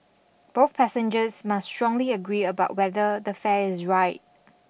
both passengers must strongly agree about whether the fare is right